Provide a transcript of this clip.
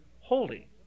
holy